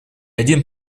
один